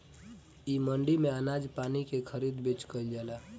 इ मंडी में अनाज पानी के खरीद बेच कईल जाला